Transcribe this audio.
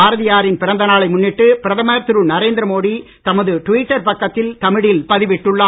பாரதியாரின் பிறந்த நாளை முன்னிட்டு பிரதமர் திரு நரேந்திர மோடி தமது டிவிட்டர் பக்கத்தில் தமிழில் பதிவிட்டுள்ளார்